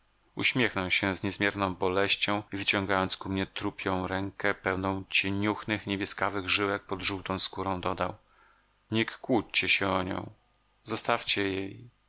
uśmiechnął się z niezmierną boleścią i wyciągając ku mnie trupią rękę pełną cieniuchnych niebieskawych żyłek pod żółtą skórą dodał nie kłóćcie się o nią zostawcie jej